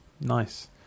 nice